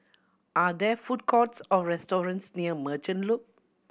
are there food courts or restaurants near Merchant Loop